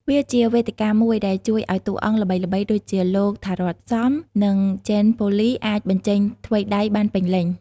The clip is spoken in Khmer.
វាជាវេទិកាមួយដែលជួយឲ្យតួអង្គល្បីៗដូចជា លោក Tharoth Sam និង Jean-Paul Ly អាចបញ្ចេញថ្វីដៃបានពេញលេញ។